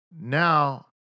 Now